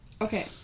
Okay